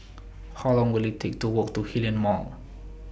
How Long Will IT Take to Walk to Hillion Mall